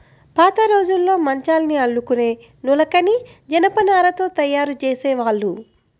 పాతరోజుల్లో మంచాల్ని అల్లుకునే నులకని జనపనారతో తయ్యారు జేసేవాళ్ళు